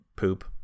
poop